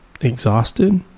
exhausted